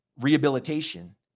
rehabilitation